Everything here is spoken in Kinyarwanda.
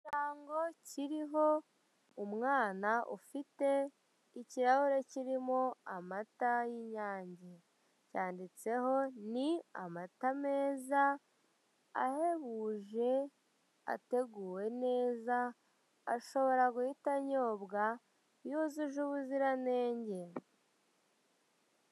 Ikirango kiriho umwana ufite ikirahure kirimo amata y'inyange cyanditseho: ni amata mez,a ahebuj,e ateguwe neza, ashobora guhita anyobwa, yujuje ubuziranenge.